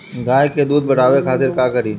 गाय के दूध बढ़ावे खातिर का करी?